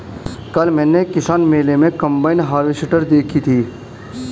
कल मैंने किसान मेले में कम्बाइन हार्वेसटर देखी थी